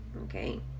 okay